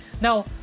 now